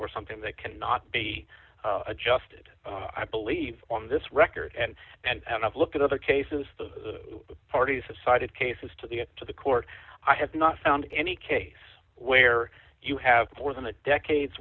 or something that cannot be adjusted i believe on this record and and i've looked at other cases the parties have cited cases to the to the court i have not found any case where you have more than a decade's